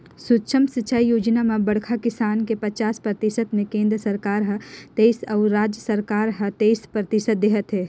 सुक्ष्म सिंचई योजना म बड़खा किसान के पचास परतिसत मे केन्द्र सरकार हर सत्तइस अउ राज सरकार हर तेइस परतिसत देहत है